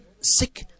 sick